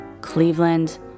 Cleveland